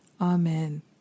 Amen